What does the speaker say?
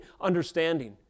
understanding